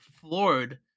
floored